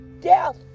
death